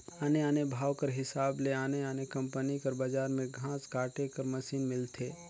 आने आने भाव कर हिसाब ले आने आने कंपनी कर बजार में घांस काटे कर मसीन मिलथे